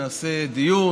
נעשה דיון,